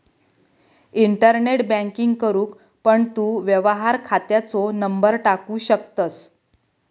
internet banking करूक पण तू व्यवहार खात्याचो नंबर टाकू शकतंस